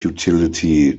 utility